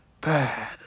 bad